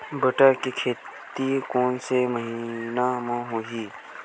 बटर के खेती कोन से महिना म होही?